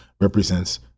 represents